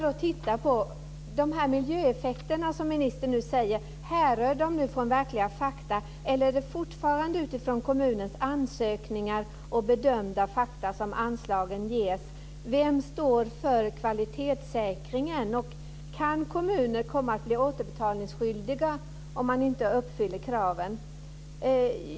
Härrör de miljöeffekter som miljöministern talar om från verkliga fakta, eller är det fortfarande utifrån kommunens ansökningar och bedömda fakta som anslagen ges? Vem står för kvalitetssäkringen? Kan kommuner komma att bli återbetalningsskyldiga om de inte uppfyller kraven?